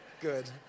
good